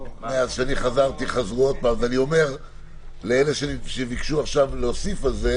אני אומר למי שביקשו עכשיו להתייחס,